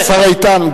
השר איתן,